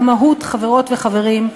והמהות, חברות וחברים,